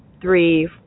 three